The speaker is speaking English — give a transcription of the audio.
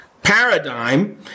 paradigm